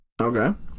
Okay